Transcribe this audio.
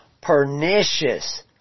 pernicious